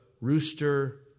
rooster